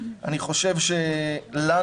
אני חושב שלנו,